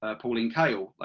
ah pauline cale,